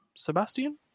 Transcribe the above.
Sebastian